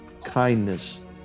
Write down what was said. kindness